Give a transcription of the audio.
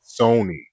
Sony